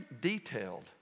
detailed